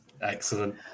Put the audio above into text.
Excellent